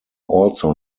also